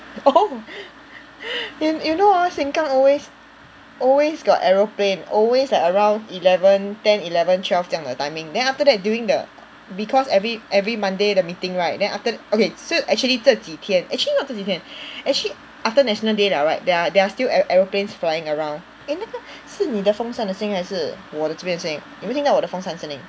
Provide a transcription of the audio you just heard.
oh and you know ah Sengkang always always got aeroplane always at around eleven ten eleven twelve 这样的 timing then after that during the because every every Monday the meeting right then after okay so actually 这几天 actually not 这几天 actually after national day liao right there are there are still ae~ aeroplanes flying around eh 那个是你的风扇的声音还是我的这边的声音你有没有听到我的风扇声音